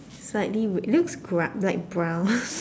slightly re~ it looks gr~ like brown